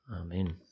amen